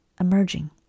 emerging